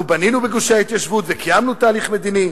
אנחנו בנינו בגושי ההתיישבות וקיימנו תהליך מדיני.